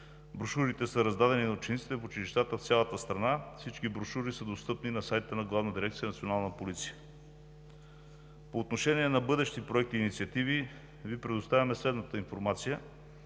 Брошурите са раздадени на учениците в училищата в цялата страна. Всички брошури са достъпни на сайта на Главна дирекция „Национална полиция“. По отношение на бъдещи проекти и инициативи Ви предоставям следната информация: